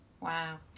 Wow